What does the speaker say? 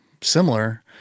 similar